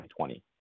2020